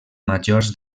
majors